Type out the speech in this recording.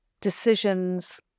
decisions